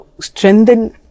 strengthen